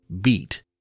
Beat